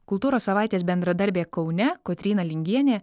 kultūros savaitės bendradarbė kaune kotryna lingienė